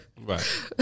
Right